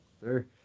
Sir